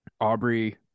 aubrey